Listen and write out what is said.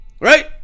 right